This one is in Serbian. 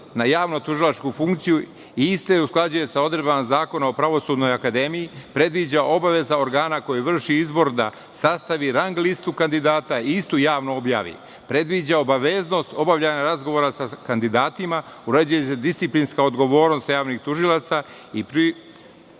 na javno – tužilačku funkciju i iste, usklađuje sa odredbama zakona o pravosudnoj akademiji, predviđa obaveza organa, koju vrši izborna, sastav i rang listu kandidata i istu javno objavi, predviđa obaveznost obavljanja razgovora sa kandidatima, uređuje se disciplinska odgovornost javnih tužilaca i